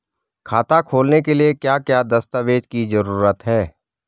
खाता खोलने के लिए क्या क्या दस्तावेज़ की जरूरत है?